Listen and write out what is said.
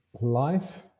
life